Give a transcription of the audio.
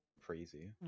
crazy